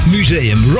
Museum